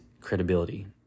credibility